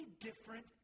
different